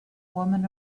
woman